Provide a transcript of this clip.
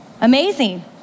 amazing